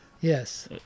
Yes